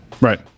Right